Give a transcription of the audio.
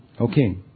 Okay